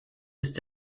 ist